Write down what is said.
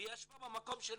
והיא ישבה במקום שלך,